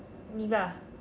niva